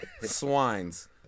Swines